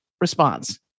response